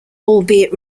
albeit